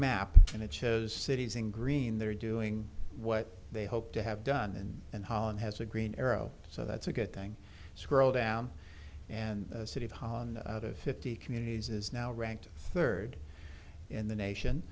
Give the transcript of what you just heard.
map and it shows cities in green they're doing what they hope to have done and and holland has a green arrow so that's a good thing scroll down and the city of holland fifty communities is now ranked third in the nation